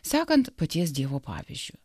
sekant paties dievo pavyzdžiu